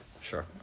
Sure